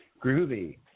Groovy